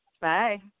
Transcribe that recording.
Bye